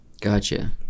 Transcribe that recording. Gotcha